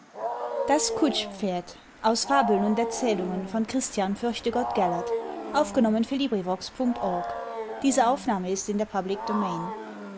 projekt-de fabeln und erzählungen christian fürchtegott gellert